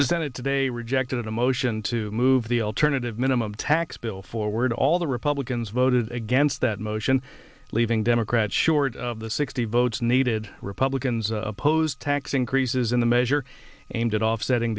the senate today rejected a motion to move the alternative minimum tax bill forward all the republicans voted against that motion leaving democrats short of the sixty votes needed republicans opposed tax increases in the measure aimed at offsetting